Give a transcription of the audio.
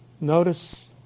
Notice